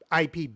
IP